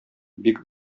бик